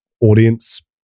audience